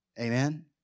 Amen